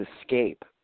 escape